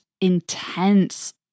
intense